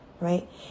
Right